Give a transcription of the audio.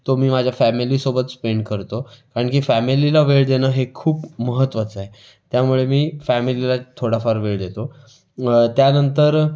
तो मी माझ्या फॅमिलीसोबत स्पेंड करतो कारण की फॅमिलीला वेळ देणं हे खूप महत्त्वाचं आहे त्यामुळे मी फॅमिलीला थोडाफार वेळ देतो त्यानंतर